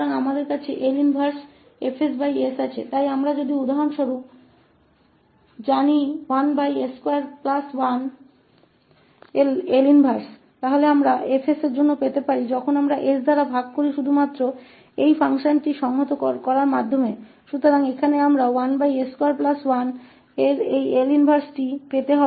तो हमारे पास 𝐿 उलटा 𝐹𝑠 s है इसलिए यदि हम उदाहरण के लिएL इनवर्स को जानते हैं 1s21 तो हम 𝐹𝑠 के लिए प्राप्त कर सकते हैं जब हम उस फ़ंक्शन को एकीकृत करके 𝑠 से विभाजित करते हैं